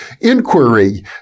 inquiry